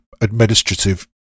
administrative